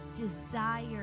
desire